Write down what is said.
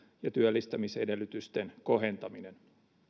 ja työllistämisedellytysten kohentaminen